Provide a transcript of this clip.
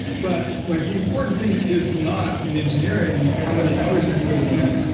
but like the important thing is not in engineering how many hours you're putting in,